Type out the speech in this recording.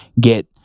get